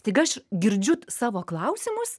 staiga aš girdžiu savo klausimus